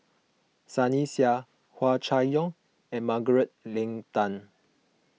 Sunny Sia Hua Chai Yong and Margaret Leng Tan